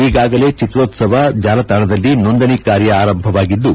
ಈಗಾಗಲೇ ಚಿತ್ರೋತವ ಚಾಲತಾಣದಲ್ಲಿ ನೋಂದಣಿ ಕಾರ್ಯ ಆರಂಭವಾಗಿದ್ದು